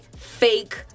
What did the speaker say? fake